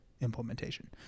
implementation